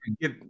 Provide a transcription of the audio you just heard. get